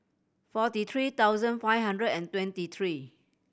forty three thousand five hundred and twenty three